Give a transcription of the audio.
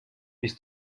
bis